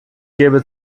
gebe